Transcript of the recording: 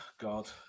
god